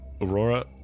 Aurora